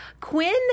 Quinn